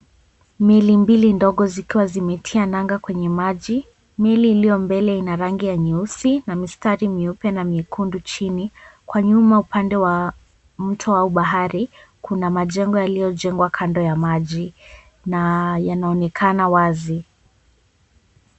Meli mbili ndogo zikiwa zimetia nanga kwenye maji, meli iliyo mbele ina mistari meusi na mistari meupe na mekundu chini. Kwa nyuma upande wa mto au bahari kuna majengo yaliyojengwa kando ya maji na yanaonekana wazi.